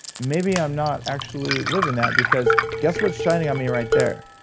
maybe i'm not actually living that, because guess what's shining on me right there?